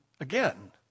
again